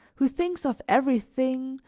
who thinks of everything,